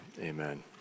Amen